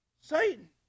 Satan